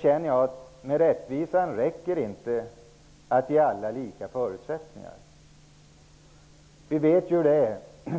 känner jag att det inte räcker att ge alla lika förutsättningar. Vi vet ju hur det är.